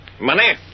Money